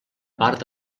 part